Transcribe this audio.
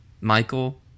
Michael